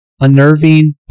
unnerving